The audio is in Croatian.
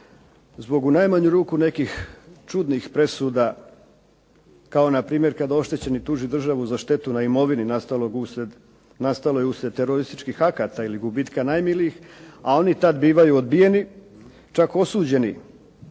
zbog u najmanju ruku nekih čudnih presuda, kao npr. kada oštećeni tuži državu za štetu na imovini nastaloj uslijed terorističkih akata ili gubitka najmilijih, a oni tad bivaju odbijeni čak osuđeni